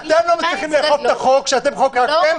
אתם לא מצליחים לאכוף את החוק שאתם חוקקתם